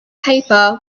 paper